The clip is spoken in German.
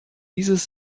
dieses